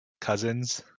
cousins